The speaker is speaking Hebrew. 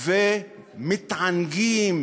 ומתענגים